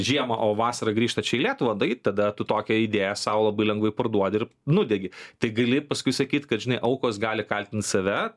žiemą o vasarą grįžta čia į lietuvą tai tada tu tokią idėją sau labai lengvai parduodi ir nudegi tai gali paskui sakyt kad žinai aukos gali kaltint save